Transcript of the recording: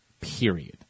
Period